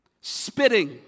spitting